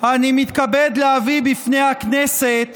אני מתכבד להביא בפני הכנסת